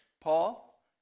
Paul